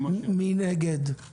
מי נגד?